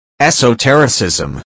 esotericism